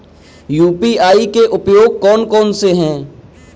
UPI के उपयोग कौन कौन से हैं?